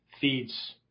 Feeds